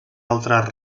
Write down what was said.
altres